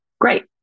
Great